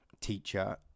teacher